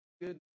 good